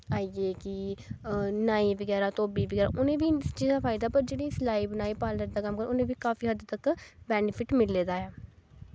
आई गे कि नाई बगैरा धोबी बगैरा उ'नें बी इस चीज़ दा फायदा पर जेह्ड़े सलाई बुनाई पार्लर दा कम्म करदे उ'नें बी काफी हद्द तक बैनिफिट मिले दा ऐ